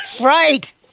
right